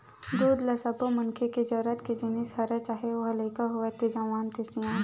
दूद ह सब्बो मनखे के जरूरत के जिनिस हरय चाहे ओ ह लइका होवय ते जवान ते सियान